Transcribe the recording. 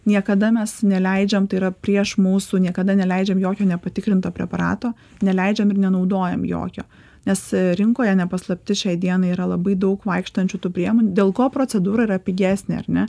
niekada mes neleidžiam tai yra prieš mūsų niekada neleidžiam jokio nepatikrinto preparato neleidžiam ir nenaudojam jokio nes rinkoje ne paslaptis šiai dienai yra labai daug vaikštančių tų priemonių dėl ko procedūra yra pigesnė ar ne